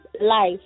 life